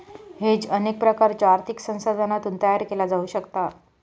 hedge अनेक प्रकारच्यो आर्थिक साधनांतून तयार केला जाऊ शकता